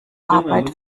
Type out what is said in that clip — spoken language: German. arbeit